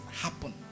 happen